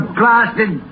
blasted